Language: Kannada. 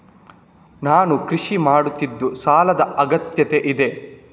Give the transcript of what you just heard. ನಾನು ಕೃಷಿ ಮಾಡುತ್ತಿದ್ದು ಸಾಲದ ಅಗತ್ಯತೆ ಇದೆ?